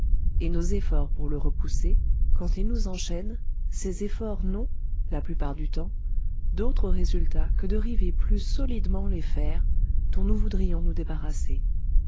et nos efforts pour le repousser quand il nous enchaîne ces efforts n'ont la plupart du temps d'autre résultat que de river plus solidement les fers dont nous voudrions nous débarrasser